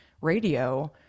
radio